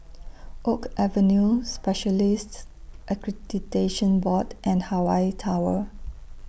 Oak Avenue Specialists Accreditation Board and Hawaii Tower